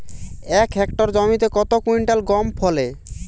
এক হেক্টর জমিতে কত কুইন্টাল গম ফলে?